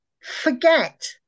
forget